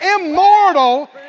Immortal